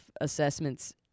assessments